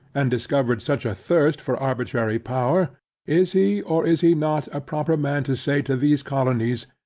and discovered such a thirst for arbitrary power is he, or is he not, a proper man to say to these colonies,